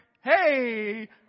Hey